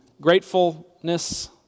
gratefulness